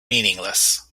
meaningless